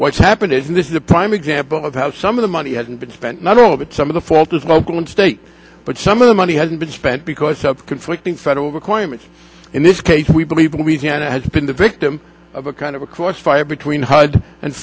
what's happened is this is a prime example of how some of the money has been spent not all of it some of the fault is local and state but some of the money has been spent because of conflicting federal requirements in this case we believe we can it has been the victim of a kind of a cross fire between